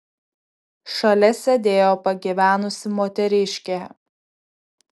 šalia sėdėjo pagyvenusi moteriškė